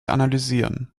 analysieren